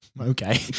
okay